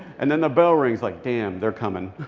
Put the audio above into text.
and then the bell rings. like, damn, they're coming.